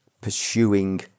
pursuing